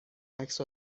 عکس